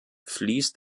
fließt